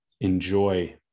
enjoy